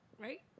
right